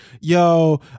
yo